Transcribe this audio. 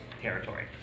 territory